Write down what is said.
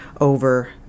over